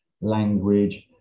language